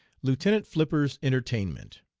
lieutenant flipper's entertainment.